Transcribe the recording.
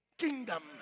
kingdom